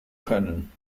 können